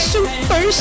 Super